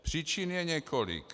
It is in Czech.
Příčin je několik.